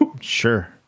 Sure